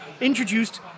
introduced